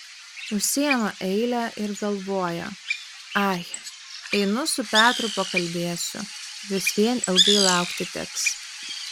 užsiima eilę ir galvoja ai einu su petru pakalbėsiu vis vien ilgai laukti teks